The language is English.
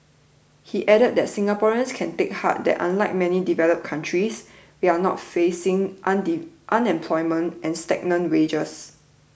he added that Singaporeans can take heart that unlike many developed countries we are not facing unemployment and stagnant wages